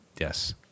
Yes